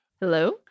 Hello